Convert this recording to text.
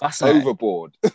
overboard